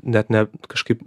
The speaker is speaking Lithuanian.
net ne kažkaip